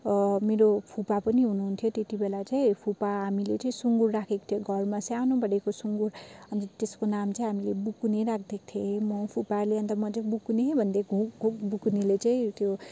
मेरो फुपा पनि हुनुहुन्थ्यो त्यत्ति बेला चाहिँ फुपा हामीले चाहिँ सुँगुर राखेको थियो घरमा सानोबडे सुँगुर अन्त त्यसको नाम चाहिँ हामीले बुकुने राखिदिएको थियौँ म फुपाले अन्त म चाहिँ बुकुने भन्दै घुक्घुक बुकुनेले चाहिँ त्यो